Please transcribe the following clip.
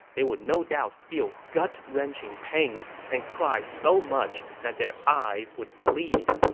they would no doubt feel gut-wrenching pains and cry so much that their eyes would bleed.